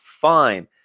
fine